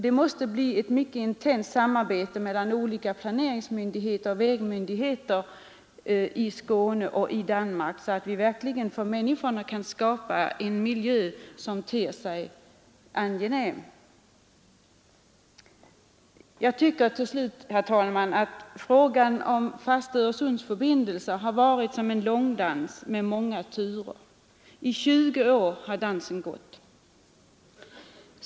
Det måste bli ett mycket intimt samarbete mellan olika planeringsmyndigheter och vägmyndigheter i Skåne och Danmark, så att vi kan skapa en angenäm miljö för människorna. Frågan om fasta Öresundsförbindelser har varit som en långdans med många turer, I 20 år har dansen gått.